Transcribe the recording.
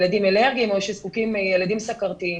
ילדים אלרגיים או ילדים סוכרתים.